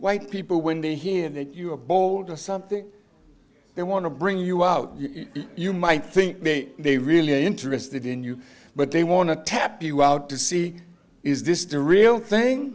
white people when they hear that you are a bold or something they want to bring you out you might think they really are interested in you but they want to tap you out to see is this the real thing